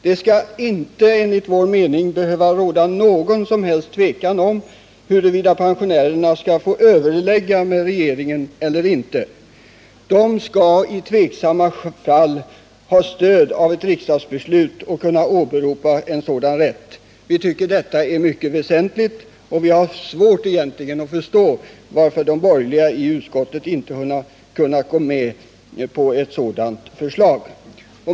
Det skall inte, enligt vår mening, behöva råda någon som helst tvekan om huruvida pensionärerna skall få överlägga med regeringen eller inte. De skall i tveksamma fall ha stöd av ett riksdagsbeslut och kunna åberopa en sådan rätt. Vi tycker detta är mycket väsentligt och har egentligen svårt att förstå varför de borgerliga i utskottet inte kunnat gå med på ett sådant förslag.